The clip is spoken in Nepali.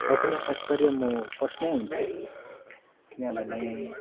र पनि तात्पर्य म फर्स्ट नै हुन्थेँ किनभने